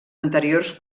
anteriors